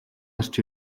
гарч